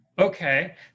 Okay